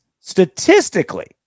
statistically